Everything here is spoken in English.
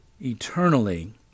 eternally